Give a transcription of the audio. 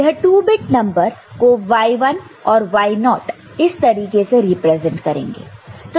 यह 2 bit number को y1 और y0 इस तरीके से रिप्रेजेंट करेंगे